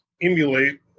emulate